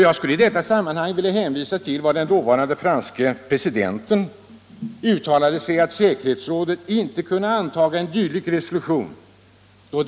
Jag skulle i detta sammanhang vilja hänvisa till den dåvarande franske presidentens uttalande om resolutionen att FN skulle delta i kriget mot Nordkorea.